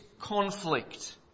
conflict